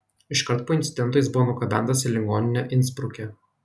iškart po incidento jis buvo nugabentas į ligoninę insbruke